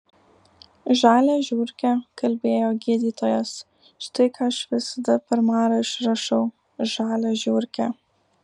žalią žiurkę kalbėjo gydytojas štai ką aš visada per marą išrašau žalią žiurkę